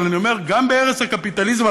אבל גם בארץ הקפיטליזם,